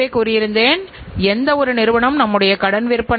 உற்பத்தி செலவு குறையும் போது நிச்சயமாக விலைகள் குறையும்